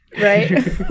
Right